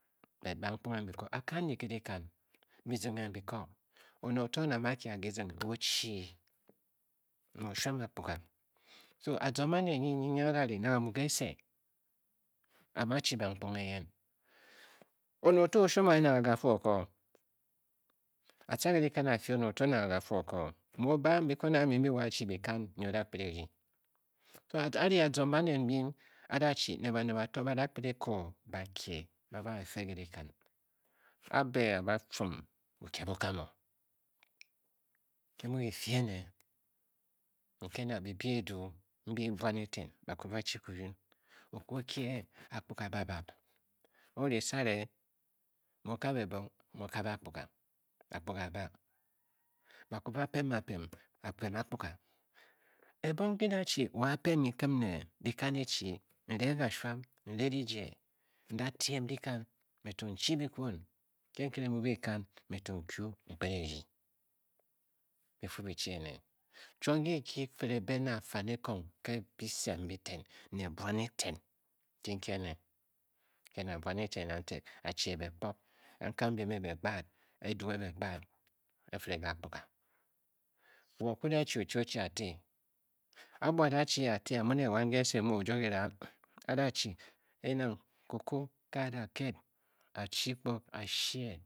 But bankponghe. a kan nyi ke dikan. bu zinghe mbi ko one oto nang a kye a kizinghe o o chii mu oshuuam akpuga. so azong baned nyian nyi nyi a da ri nang amu kese. a mu adu bankponghe eyen oned to o-shwom anyi nang agwo o o Koo. a tca. ke dikan a-fyi. oned oto nang aga fyi ookoo mu o bam bikwon ambi mbi wo akhi byi-i kan nyi oda kped e-rdyi so ara ri azong baned mbin a da chi ne baned bato ba da kped a ko bakie ba bang theory-fe ke dikan a be a ba fum. bukie bu kani o. ki mu ke-fii ene ke na bi byi e du nyi buan elen ba kwu ba chi kinin. o kwu o kie akpuga ba bab. o ri sare. mu o kabe ebong?mu o kabe akpuga akpuga a a ba ba kwu ba pem bapem. akpuga. ebong nki ki da chi wo a pem kiklum ne ki kan e chi?n-re kashuam. n-re dijie n da tiem dikan mme to n chi bikwon. ke nkere mu bi-e kan. mme to m-kyu nkped e-rdyi bifii bi chi ene. chuom nki nki ki-kped e be ne afani Kang ke bise m bi ten ne bwan elen nki ki ene. kee na bwan elen kantik achi ebe kpog kasngkang byein ebe gbaad. edu ebe gb aad e-fire ke akpuga. wo kwu da chi oduchiib a-te. a bua a da chi a-te a mu ne wan kese mu o o jwo kira a a da chi. ke nang Koko nke a da ked a chi kpog a shee